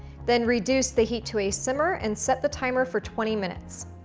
then, reduce the heat to a simmer and set the timer for twenty minutes.